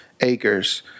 acres